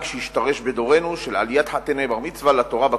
שהשתרש בדורנו של עליית חתני בר-מצווה לתורה בכותל,